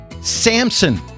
Samson